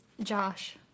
Josh